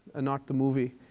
ah not the movie